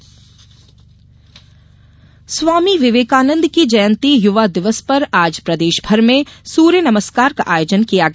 युवा दिवस स्वामी विवेकानंद की जयंती युवा दिवस पर आज प्रदेश भर में सूर्य नमस्कार का आयोजन किया गया